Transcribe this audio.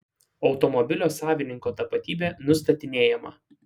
automobilio savininko tapatybė nustatinėjama